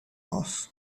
off